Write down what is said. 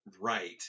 right